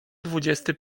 dwudziesty